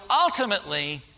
ultimately